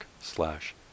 slash